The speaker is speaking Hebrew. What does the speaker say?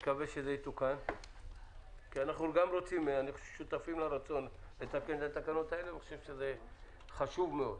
ואנחנו חושבים שזה חשוב מאוד.